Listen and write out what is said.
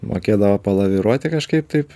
mokėdavo palaviruoti kažkaip taip